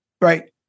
right